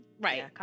right